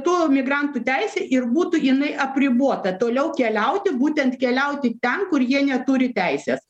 tų migrantų teisė ir būtų jinai apribota toliau keliauti būtent keliauti ten kur jie neturi teisės